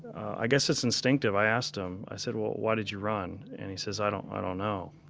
i guess it's instinctive. i asked him. i said well, why did you run? and he says, i don't. i don't know.